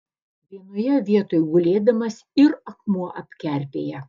vienoje vietoj gulėdamas ir akmuo apkerpėja